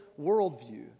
worldview